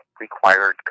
required